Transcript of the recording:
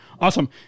Awesome